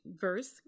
verse